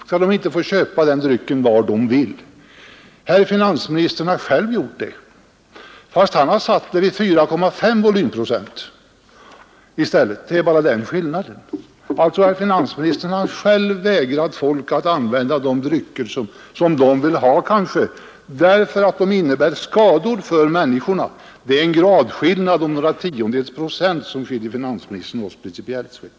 Skall de inte få köpa den drycken var de vill? Herr finansministern har satt gränsen vid 4,5 viktprocent i stället — det är bara den skillnaden. Herr finansministern har alltså själv vägrat människorna att använda de drycker som de kanske vill ha — därför att dessa drycker innebär skador för människorna. Det är fråga om en gradskillnad, och det är några tiondels procent som skiljer finansministern från oss, principiellt sett.